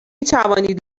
توانید